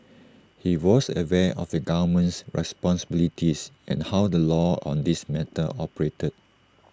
he was aware of the government's responsibilities and how the law on this matter operated